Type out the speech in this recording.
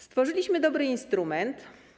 Stworzyliśmy dobry instrument.